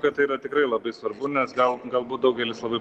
kad tai yra tikrai labai svarbu nes gal galbūt daugelis labai